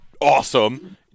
Awesome